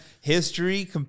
history